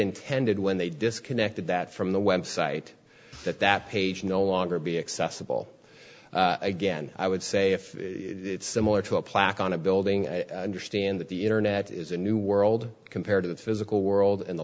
intended when they disconnected that from the web site that that page no longer be accessible again i would say if it's similar to a plaque on a building understand that the internet is a new world compared to the physical world and the